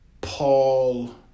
Paul